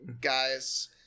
guys